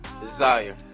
Desire